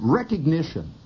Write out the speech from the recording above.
recognition